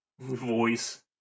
voice